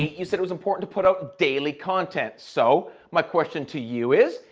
you said it was important to put up daily content, so my question to you is,